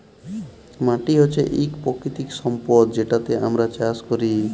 মাটি হছে ইক পাকিতিক সম্পদ যেটতে আমরা চাষ ক্যরি